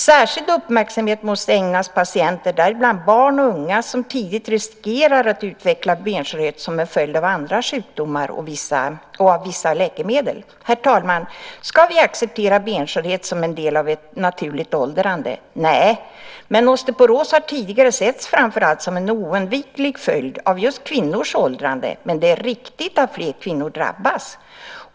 Särskild uppmärksamhet måste ägnas patienter, däribland barn och unga, som tidigt riskerar att utveckla benskörhet som en följd av andra sjukdomar och av vissa läkemedel. Herr talman! Ska vi acceptera benskörhet som en del av ett naturligt åldrande? Nej, men osteoporos har tidigare framför allt setts som en oundviklig följd av just kvinnors åldrande. Det är dock riktigt att fler kvinnor drabbas.